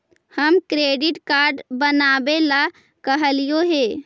हम credit card बनावे ला कहलिऐ हे?